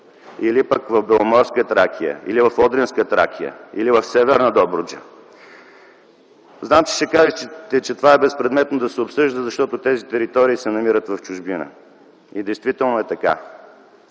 или пък в Беломорска Тракия, или в Одринска Тракия, или в Северна Добруджа? Знам, че ще кажете, че това е безпредметно да се обсъжда, защото тези територии се намират в чужбина и действително е така